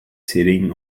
sitting